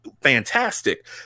fantastic